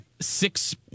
six